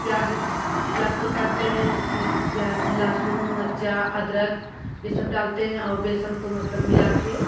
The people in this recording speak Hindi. प्याज़ प्याज़ को काटते हैं उसमें प्याज़ में लहसून मिर्चा अदरक यह सब डालते हैं और बेसन को मतलब मिलाकर